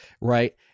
right